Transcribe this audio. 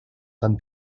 tan